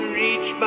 reach